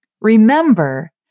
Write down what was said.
Remember